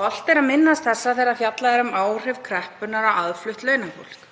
Hollt er að minnast þessa þegar fjallað er um áhrif kreppunnar á aðflutt launafólk.“